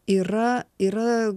yra yra